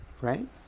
right